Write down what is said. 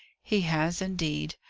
he has, indeed.